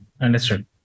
understood